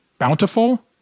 Bountiful